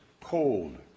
cold